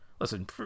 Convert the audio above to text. Listen